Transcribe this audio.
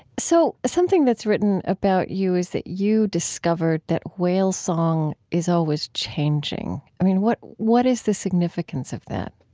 so something that's written about you is that you discovered that whale song is always changing. i mean, what what is the significance significance of that?